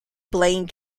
blaine